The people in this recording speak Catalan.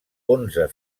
onze